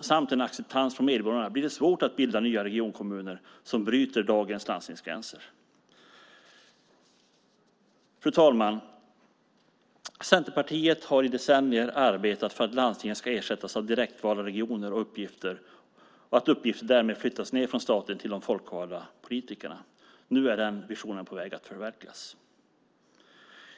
samt en acceptans från medborgarna blir det svårt att bilda nya regionkommuner som bryter dagens landstingsgränser. Fru talman! Centerpartiet har i decennier arbetat för att landstingen ska ersättas av direktvalda regioner och att uppgifter därmed flyttas ned från staten till de folkvalda politikerna. Nu är den visionen på väg att förverkligas.